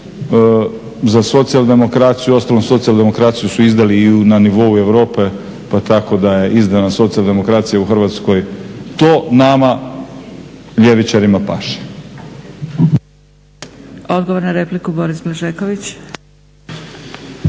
za socijaldemokraciju. Uostalom socijaldemokraciju su izdali i na nivou Europe pa tako da je izdana socijaldemokracija u Hrvatskoj to nama ljevičarima paše. **Zgrebec, Dragica (SDP)** Odgovor na repliku, Boris Blažeković.